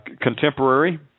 contemporary